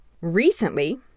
Recently